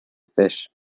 fish